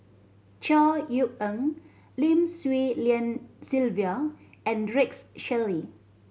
Chor Yeok Eng Lim Swee Lian Sylvia and Rex Shelley